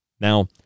Now